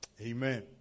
Amen